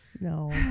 No